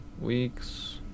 weeks